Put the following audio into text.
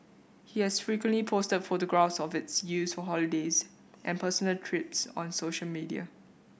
he has frequently posted photographs of its use for holidays and personal trips on social media